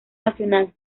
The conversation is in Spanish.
nacional